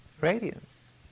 radiance